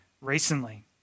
recently